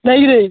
ବାଇକରେ